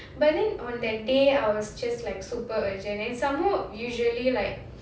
but then on that day I was just like super urgent and some more usually like